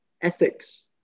ethics